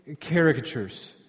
caricatures